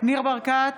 ניר ברקת,